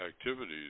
activities